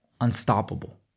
unstoppable